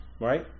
Right